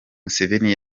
museveni